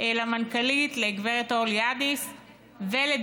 למנכ"לית גב' אורלי עדס ולדין,